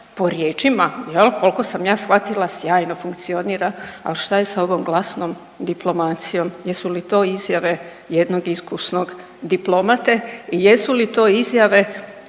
po riječima jel koliko sam ja shvatila sjajno funkcionira, ali šta je sa ovom glasnom diplomacijom. Jesu li to izjave jednog iskusnog diplomate i jesu li to izjave